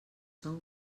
son